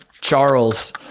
Charles